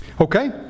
Okay